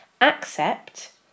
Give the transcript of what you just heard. Accept